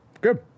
Good